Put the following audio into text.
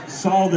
saw